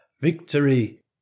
VICTORY